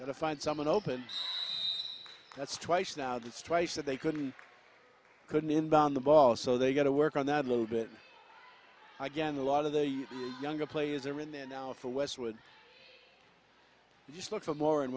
gotta find someone open that's twice now that's twice that they couldn't couldn't inbound the ball so they got to work on that little bit i guess a lot of the younger players are in there now for westwood just look for more and